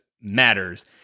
matters